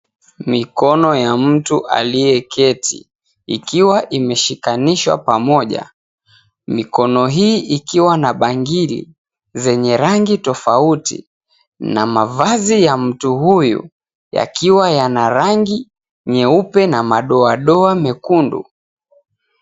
Mikono ya mtu aliyeketi ikiwa imeshikanishwa pamoja, mikono hi𝑖 ikiwa na bangili zenye rangi tofauti na mavazi ya mtu huyu ,yakiwa yana rangi nyeupe na madoadoa mekundu.